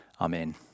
Amen